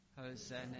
Hosanna